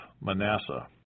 Manasseh